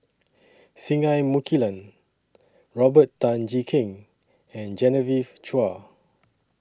Singai Mukilan Robert Tan Jee Keng and Genevieve Chua